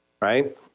Right